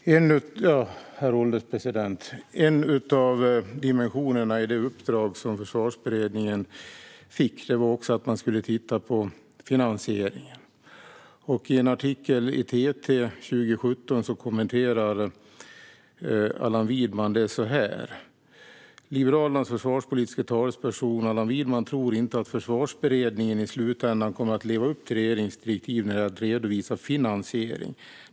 Herr ålderspresident! En av dimensionerna i det uppdrag som Försvarsberedningen fick var att man skulle titta på finansieringen. I en artikel från TT 2017 kommenterar Allan Widman detta. Så här står det i artikeln: "Liberalernas försvarspolitiska talesperson Allan Widman tror inte att försvarsberedningen i slutändan kommer att leva upp till regeringens direktiv när det gäller att redovisa finansiering.